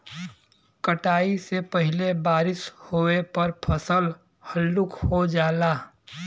कटाई से पहिले बारिस होये पर फसल हल्लुक हो जाला